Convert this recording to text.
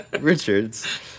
Richards